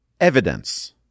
evidence